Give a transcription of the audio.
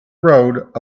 road